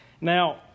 Now